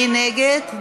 מי נגד?